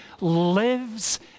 lives